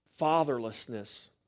fatherlessness